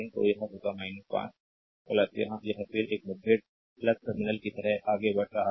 तो यह होगा 5 यहाँ यह फिर इस मुठभेड़ टर्मिनल की तरह आगे बढ़ रहा है